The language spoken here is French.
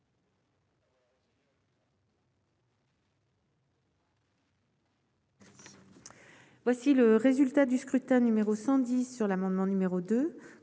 Voici le résultat du scrutin numéro 110 sur l'amendement numéro 2